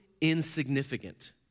insignificant